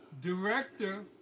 director